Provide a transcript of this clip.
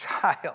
child